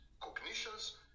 cognitions